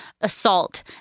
assault